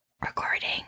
recording